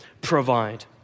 provide